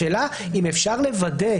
השאלה אם אפשר לוודא,